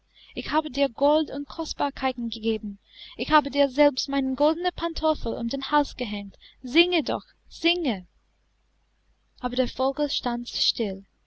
ich habe dir gold und kostbarkeiten gegeben ich habe dir selbst meinen goldenen pantoffel um den hals gehängt singe doch singe aber der vogel stand still